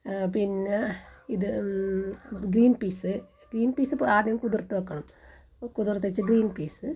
പിന്നെ ഇത് green peas green peas ആദ്യം കുതിർത്ത് വെക്കണം കുതിർത്ത് വെച്ച ഗ്രീൻ പീസ്